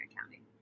County